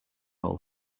all